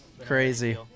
crazy